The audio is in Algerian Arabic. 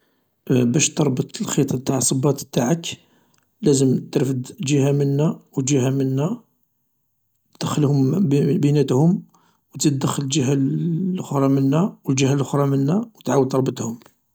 باش تربط الخيط تاع الصباط تاعك لازم ترفد جهة منا و جهة منا دخلهم بيناتهم و تزيد دخل الجهة لخرى منا و الجهة لوخرا منا و تعاود تربطهم.